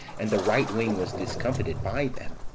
and the right wing was discomfited by them,